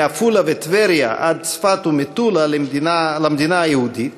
מעפולה וטבריה עד צפת ומטולה למדינה היהודית,